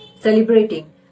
celebrating